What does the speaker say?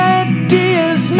ideas